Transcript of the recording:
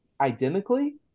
identically